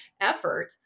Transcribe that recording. effort